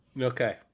okay